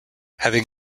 having